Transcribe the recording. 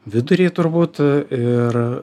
vidurį turbūt ir